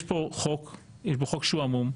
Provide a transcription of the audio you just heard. יש כאן חוק שהוא עמום,